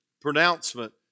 pronouncement